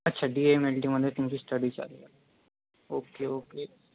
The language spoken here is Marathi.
अच्छा डी एम एल टीमध्ये तुमची ष्टडी चालू आहे ओके ओके